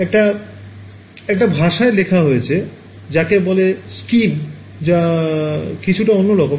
একটা একটা ভাষায় লেখা হয়েছে যাকে বলে schemeযা কিছুটা অন্যরকম